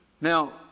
Now